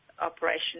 operation